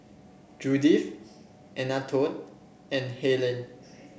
Judith Anatole and Helaine